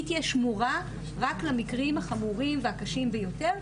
היא תהיה שמורה רק למקרים החמורים והקשים ביותר,